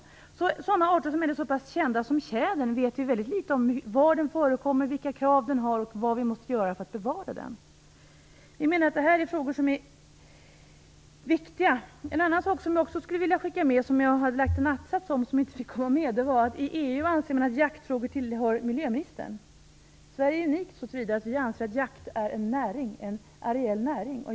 Det gäller t.ex. sådana arter som ändå är så pass kända som tjädern. Vi vet väldigt litet om var den förekommer, vilka krav den har och vad vi måste göra för att bevara den. Detta är frågor som är viktiga. En annan sak som jag också skulle vilja skicka med, och som jag hade en att-sats om som inte fick komma med, är att man i EU anser att jaktfrågorna tillhör miljöministern. Sverige är unikt så till vida att vi anser att jakt är en areell näring.